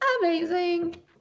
amazing